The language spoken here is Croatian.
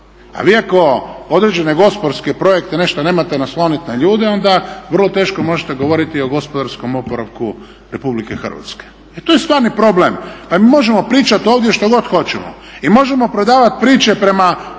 A vi ako određene gospodarske projekte nešto nemate nasloniti na ljude onda vrlo teško možete govoriti o gospodarskom oporavku Republike Hrvatske. Jer to je stvarni problem. Pa mi možemo pričati ovdje što god hoćemo i možemo prodavati priče prema